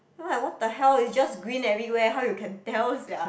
what the hell is just green everywhere how you can tell sia